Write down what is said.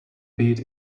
beat